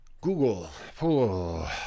Google